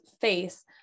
face